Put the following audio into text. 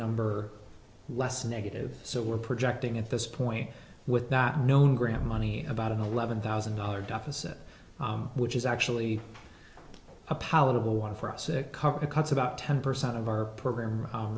number less negative so we're projecting at this point with that known graham money about an eleven thousand dollar deficit which is actually a palatable one for us to cover the cuts about ten percent of our program